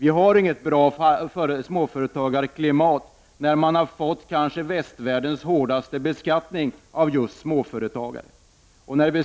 Vi har inget bra småföretagarklimat när vi har fått västvärldens kanske hårdaste beskattning av just småföretagare.